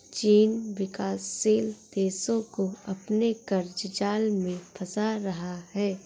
चीन विकासशील देशो को अपने क़र्ज़ जाल में फंसा रहा है